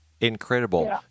Incredible